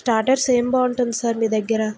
starters ఏం బాగుంటుంది sir మీ దగ్గర